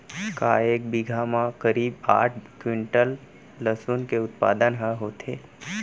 का एक बीघा म करीब आठ क्विंटल लहसुन के उत्पादन ह होथे?